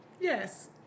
Yes